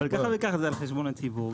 אבל ככה וככה זה על חשבון הציבור.